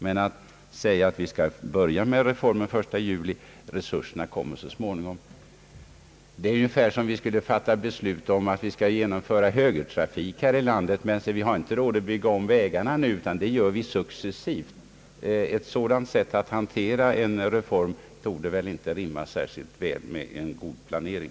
Men att säga att reformen skall träda i kraft den 1 juli medan resurserna kommer så småningom; det är ungefär som att fatta beslut om högertrafik i detta land utan att ha råd att bygga om vägarna annat än successivt. Ett sådant sätt att hantera en reform torde inte rimma särskilt väl med en god planering.